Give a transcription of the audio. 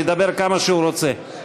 ידבר כמה שהוא רוצה.